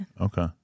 Okay